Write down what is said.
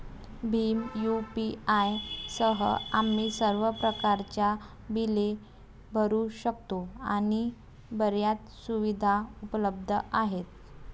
Bhim UPI सह, आम्ही सर्व प्रकारच्या बिले भरू शकतो आणि बर्याच सुविधा उपलब्ध आहेत